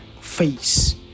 face